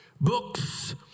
Books